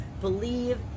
believe